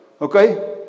Okay